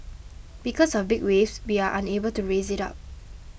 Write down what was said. because of big waves we are unable to raise it up